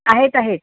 आहेत आहेत